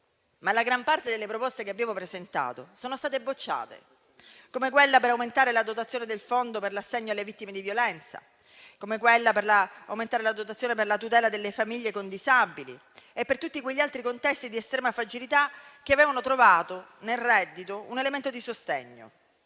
La gran parte delle proposte che abbiamo presentato, però, sono state respinte, come quella per aumentare la dotazione del fondo per l'assegno alle vittime di violenza e quella per aumentare la dotazione per la tutela delle famiglie con disabili e per tutti quegli altri contesti di estrema fragilità che avevano trovato, nel reddito, un elemento di sostegno.